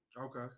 Okay